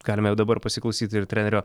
galime jau dabar pasiklausyt ir trenerio